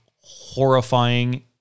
horrifying